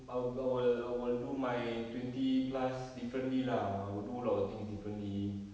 I will I will I will do my twenty plus differently lah I will do a lot of things differently